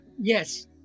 yes